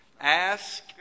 ask